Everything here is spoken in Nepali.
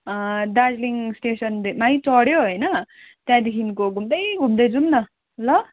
दार्जिलिङ स्टेसनदेखिमै चढ्यो होइन त्यहाँदेखिको घुम्दै घुम्दै जाउँ न ल